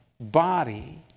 body